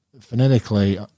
phonetically